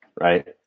right